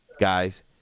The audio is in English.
guys